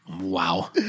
Wow